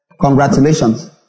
Congratulations